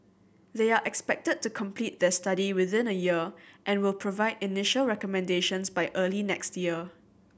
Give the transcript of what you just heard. they are expected to complete the study within a year and will provide initial recommendations by early next year